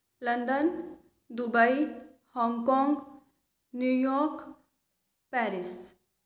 London Dubai Hong Kong New York Paris